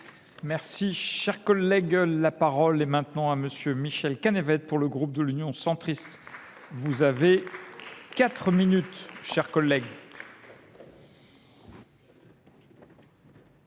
Merci, chers collègues. La parole est maintenant à monsieur Michel Cannevet pour le groupe de l'Union centriste. Vous avez quatre minutes, chers collègues.